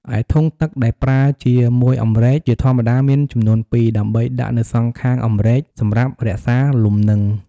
ឯធុងទឹកដែលប្រើជាមួយអម្រែកជាធម្មតាមានចំនួនពីរ ដើម្បីដាក់នៅសងខាងអម្រែកសម្រាប់រក្សាលំនឹង។